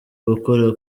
gukora